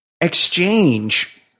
exchange